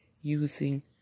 using